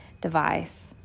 device